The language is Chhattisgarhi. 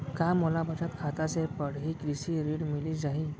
का मोला बचत खाता से पड़ही कृषि ऋण मिलिस जाही?